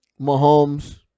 Mahomes